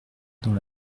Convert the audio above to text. dans